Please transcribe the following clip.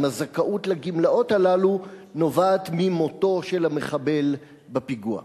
אם הזכאות לגמלאות הללו נובעת ממותו של המחבל בפיגוע.